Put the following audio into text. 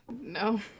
No